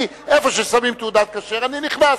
אני, איפה ששמים תעודת כשר אני נכנס.